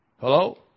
Hello